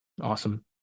Awesome